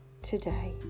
today